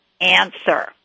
answer